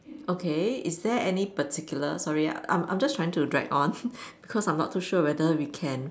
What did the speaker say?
okay is there any particular sorry ah I'm I'm just trying to drag on because I'm not sure we can